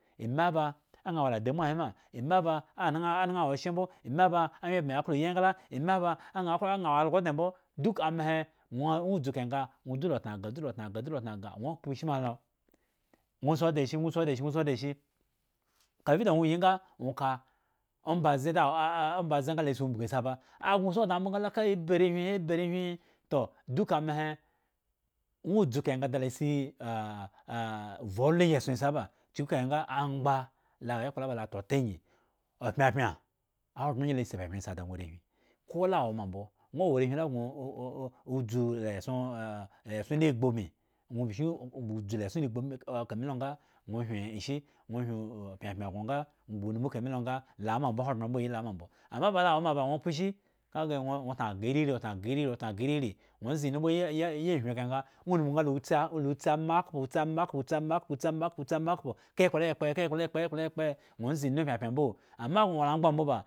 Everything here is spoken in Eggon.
Ame aba aŋha wola adamuwa he ma ame ba anen aneŋha woshe mbo, ame aba awyen baŋ klo yi engla, ame aba aŋ aŋha wo algo odŋe mbo, duk amehe ŋwo dzu kahe nga ŋwo dzu latna agah, ŋwo dzu latna agah, dzu latna agah ŋwo kpo shi malo, ŋwo shi da shi, ŋwo shi da shi, ŋwo shi da shi, kafi da ŋwo yi nga ŋwo ka ombaze doa ana ombaze nga lo si umbugu asi aba agŋo si odŋa mbo nga akpo la ka abi arehwi, abi arehwi toh duka ama he ŋwo dzu kahe nga do akpo la si ah ah ovhu olo iyieson asi aba chukukahe nga amgba lo wo ekpla la balo ataota angyi opyapyan ahogbren agyin la si pyapyan la si da moarehwin ko lo woma mbo ŋwo wo arehwin la gŋo dzu la eson la eson la gbu ubin ŋwo dzula eson gbu ubin ka milo nga ŋwo hyen ishi? Ŋwo hyen pyapyan gŋo nga ŋwo gba numu kame lo nga lo awoma mbo hogbren ambo ayi lo awo ma mbo, ama oba lo wo ma ba ŋwo kposhi ka ge ŋwo tna agah iriri, tna agah iriri, tna agah iriri ŋwo nze inu mbo ayi aye ayihwin kahe nga ŋuro numu nga la utsitsi ma akhpo, tsi ama akhpo tsi ama akhpo tsi ama akhpo tsi ama akhpo ka ekpla la ya kpo he ka ekpla la ya kpo he ekpla ka ekpla la ya kpo he ka ekpla la ya kpo he ekpla la ya kpohe ŋwo nze inu pyapyan mbo ama gŋo wo la amgba ma mbo ba.